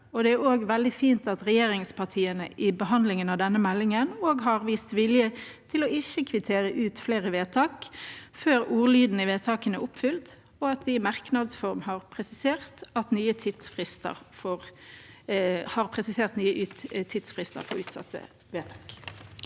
Det er også veldig fint at regjeringspartiene i behandlingen av denne meldingen har vist vilje til ikke å kvittere ut flere vedtak før ordlyden i vedtakene er oppfylt, og at de i merknads form har presisert nye tidsfrister for utsatte vedtak.